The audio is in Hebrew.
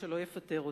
שלא יפטר אותי.